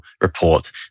report